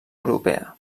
europea